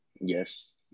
Yes